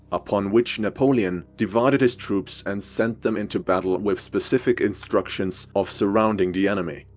upon which napoleon divided his troops and sent them into battle with specific instructions of surrounding the enemy.